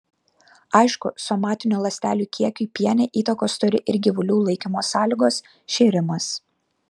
aišku somatinių ląstelių kiekiui piene įtakos turi ir gyvulių laikymo sąlygos šėrimas